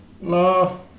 No